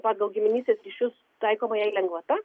pagal giminystės ryšius taikoma jai lengvata